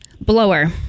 Blower